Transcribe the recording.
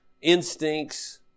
instincts